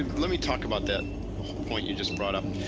and let me talk about that point you just brought up.